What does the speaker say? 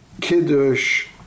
Kiddush